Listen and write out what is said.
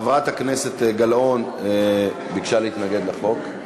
חברת הכנסת גלאון ביקשה להתנגד לחוק.